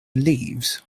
leaves